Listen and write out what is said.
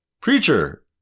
Preacher